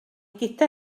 gyda